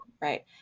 right